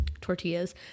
tortillas